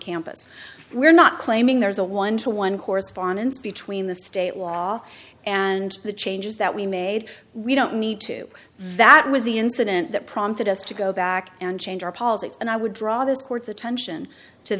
campus we're not claiming there's a one to one correspondence between the state law and the changes that we made we don't need to that was the incident that prompted us to go back and change our policy and i would draw this court's attention to